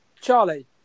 Charlie